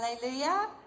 Hallelujah